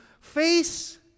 face